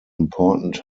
important